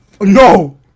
no